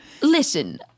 Listen